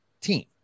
team